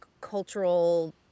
cultural